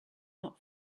not